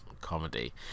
comedy